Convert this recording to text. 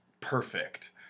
perfect